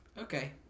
Okay